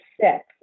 six